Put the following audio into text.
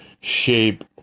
shape